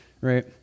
right